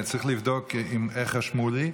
אני צריך לבדוק איך רשמו לי,